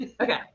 okay